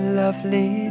lovely